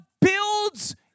builds